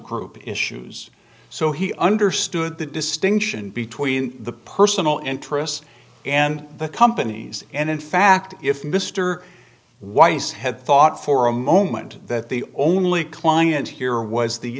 group issues so he understood the distinction between the personal interests and the companies and in fact if mr weiss had thought for a moment that the only client here was the